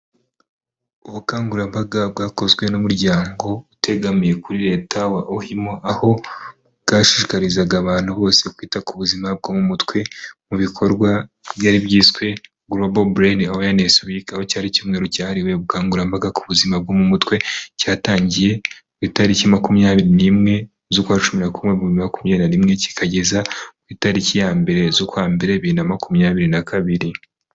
Ubukangurambaga bwakozwe n'umuryango utegamiye kuri leta wa ohimo aho bwashishikarizaga abantu bose kwita ku buzima bwo mu mutwe mu bikorwa byari byiswe Global Brain Awareness Week, aho cyari icyumweru cyahariwe ubukangurambaga ku buzima bwo mu mutwe cyatangiye ku itariki makumyabiri n'imwe z'ukwa cumi na kumwe muri bibi na makumyabiri na rimwe kikageza ku itariki ya mbere z'ukwa mbere biri na makumyabiri na kabiri.